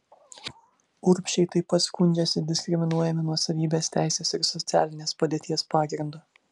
urbšiai taip pat skundžiasi diskriminuojami nuosavybės teisės ir socialinės padėties pagrindu